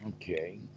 Okay